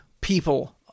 people